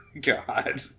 God